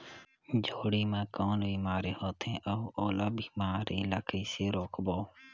जोणी मा कौन बीमारी होथे अउ ओला बीमारी ला कइसे रोकबो?